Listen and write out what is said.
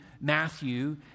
Matthew